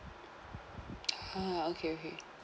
ah okay okay